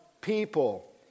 people